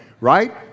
right